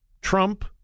Trump